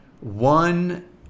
One